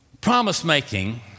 Promise-making